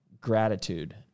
gratitude